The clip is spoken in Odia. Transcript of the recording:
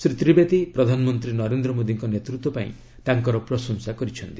ଶ୍ରୀ ତ୍ରିବେଦୀ ପ୍ରଧାନମନ୍ତ୍ରୀ ନରେନ୍ଦ୍ର ମୋଦୀଙ୍କ ନେତୃତ୍ୱ ପାଇଁ ତାଙ୍କର ପ୍ରଶଂସା କରିଛନ୍ତି